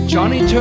Johnny